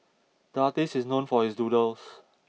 the artist is known for his doodles